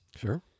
Sure